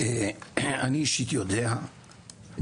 אני אישית יודע,